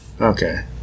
Okay